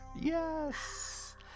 Yes